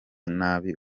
nabi